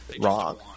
Wrong